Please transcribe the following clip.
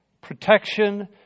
protection